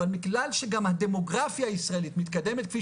אבל בגלל שגם הדמוגרפיה הישראלית מתקדמת כפי